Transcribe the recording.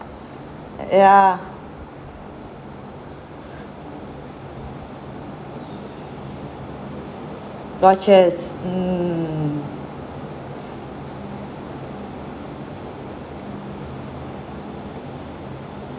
ya watches mm